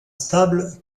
stable